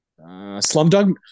Slumdog